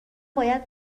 باید